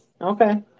okay